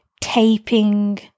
taping